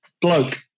bloke